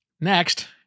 Next